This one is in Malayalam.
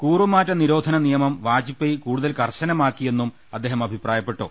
കൂറുമാറ്റ നിരോധന നിയമം വാജ്പേയ് കൂടുതൽ കർശനമാക്കിയെന്നും അദ്ദേഹം അഭിപ്രായ പ്പെട്ടു